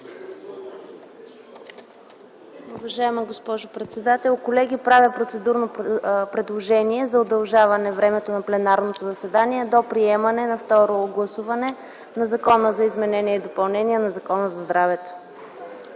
Уважаема госпожо председател, колеги! Правя процедурно предложение за удължаване времето на пленарното заседание до приемане на второ гласуване на Законопроекта за изменение и допълнение на Закона за здравето.